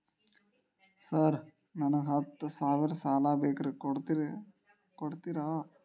Sir ನನಗ ಹತ್ತು ಸಾವಿರ ಸಾಲ ಬೇಕ್ರಿ ಕೊಡುತ್ತೇರಾ?